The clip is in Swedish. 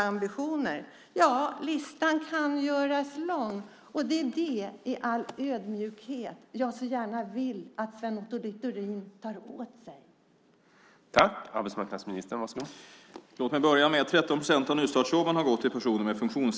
Listan kan göras lång, och det är detta som jag så gärna vill att Sven Otto Littorin i all ödmjukhet tar till sig.